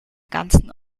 ganzen